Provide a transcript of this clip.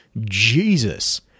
Jesus